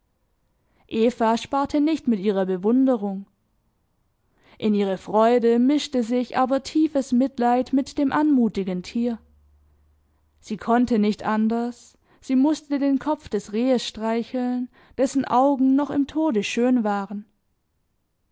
sparte nicht mit ihrer bewunderung in ihre freude mischte sich aber tiefes mitleid mit dem anmutigen tier sie konnte nicht anders sie mußte den kopf des rehes streicheln dessen augen noch im tode schön waren